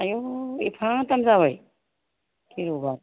आयौ एफा दाम जाबाय गिलु बालु